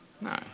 No